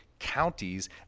counties